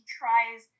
tries